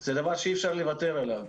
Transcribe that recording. זה משהו שאי אפשר לוותר עליו.